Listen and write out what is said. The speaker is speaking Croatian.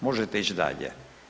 Možete ići dalje.